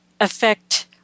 affect